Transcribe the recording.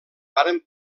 varen